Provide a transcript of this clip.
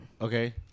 Okay